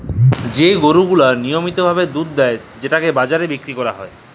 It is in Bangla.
যে গরু গিলা লিয়মিত ভাবে দুধ যেটকে বাজারে বিক্কিরি ক্যরা হ্যয়